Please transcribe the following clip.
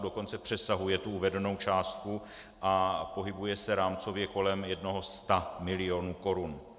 Dokonce přesahuje tu uvedenou částku a pohybuje se rámcově kolem jednoho sta milionu korun.